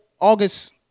August